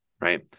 right